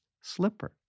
slipper